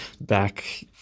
back